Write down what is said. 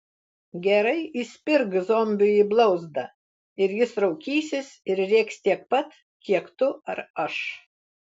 gerai įspirk zombiui į blauzdą ir jis raukysis ir rėks tiek pat kiek tu ar aš